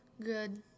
Good